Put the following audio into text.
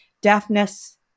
deafness